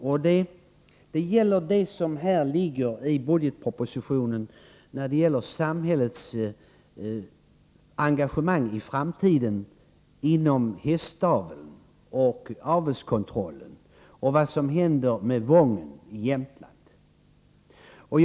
Jag avser det som budgetpropositionen innehåller beträffande samhällets framtida engagemang inom hästaveln och avelskontrollen och vad som kommer att hända med Wången i Jämtland.